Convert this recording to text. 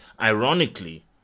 ironically